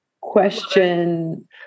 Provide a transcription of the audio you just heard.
Question